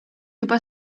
juba